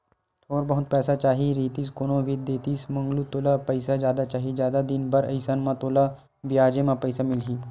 थोर बहुत पइसा चाही रहितिस कोनो भी देतिस मंगलू तोला पइसा जादा चाही, जादा दिन बर अइसन म तोला बियाजे म पइसा मिलही